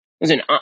Listen